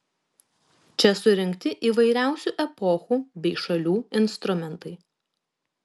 čia surinkti įvairiausių epochų bei šalių instrumentai